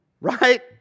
right